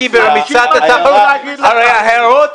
אתם לא מסוגלים ----- הרי ההערות